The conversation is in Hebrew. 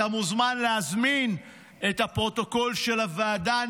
אתה מוזמן להזמין את הפרוטוקול של הוועדה,